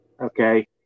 okay